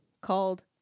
called